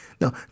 No